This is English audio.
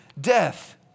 death